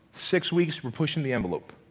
six weeks, we're pushing the envelope.